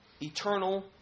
Eternal